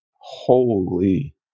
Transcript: Holy